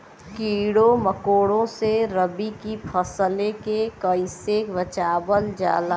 कीड़ों मकोड़ों से रबी की फसल के कइसे बचावल जा?